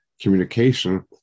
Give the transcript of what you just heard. communication